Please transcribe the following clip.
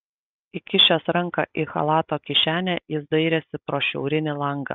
įkišęs ranką į chalato kišenę jis dairėsi pro šiaurinį langą